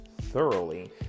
thoroughly